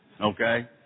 okay